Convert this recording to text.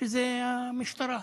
זו המשטרה.